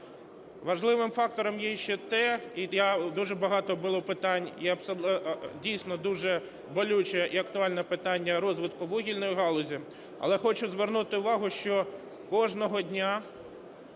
Важливим фактором є ще те, і дуже багато було питань, і дійсно дуже болюче і актуальне питання розвитку вугільної галузі. Але хочу звернути увагу, що кожного дня